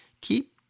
Keep